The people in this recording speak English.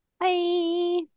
Bye